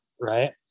right